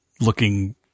looking